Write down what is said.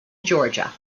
georgia